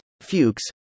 Fuchs